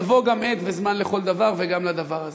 עת וזמן לכל דבר, וגם לדבר הזה.